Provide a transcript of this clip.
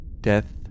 Death